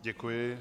Děkuji.